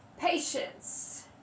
Patience